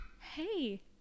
Hey